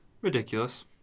Ridiculous